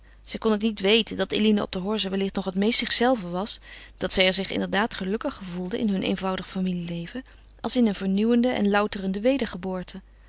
zij kon het niet weten dat eline op de horze wellicht nog het meest zichzelve was dat zij er zich inderdaad gelukkig gevoelde in hun eenvoudig familieleven als in een vernieuwende en louterende wedergeboorte